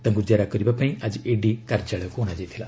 ତାଙ୍କୁ ଜେରା କରିବା ପାଇଁ ଆଜି ଇଡି କାର୍ଯ୍ୟାଳୟକୁ ଅଣାଯାଇଥିଲା